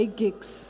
gigs